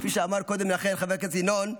כפי שאמר קודם לכן חבר הכנסת ינון,